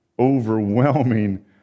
overwhelming